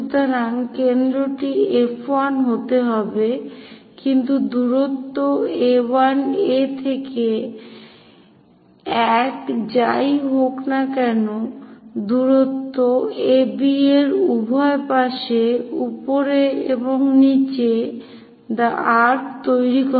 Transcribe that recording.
সুতরাং কেন্দ্রটি F1 হতে হবে কিন্তু দূরত্ব A1 A থেকে এক যাই হোক না কেন দূরত্ব AB এর উভয় পাশে উপরে এবং নীচে একটি আর্ক্ তৈরি করে